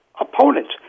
opponents